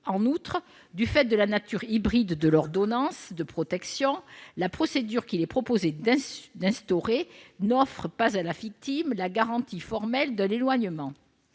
En outre, du fait de la nature hybride de l'ordonnance de protection, la procédure qu'il est proposé d'instaurer n'offre pas à la victime la garantie formelle de l'éloignement.